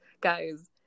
guys